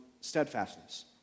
steadfastness